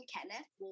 Kenneth